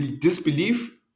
disbelief